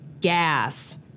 gas